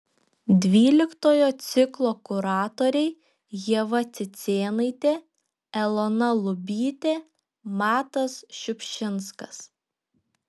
dvyliktojo ciklo kuratoriai ieva cicėnaitė elona lubytė matas šiupšinskas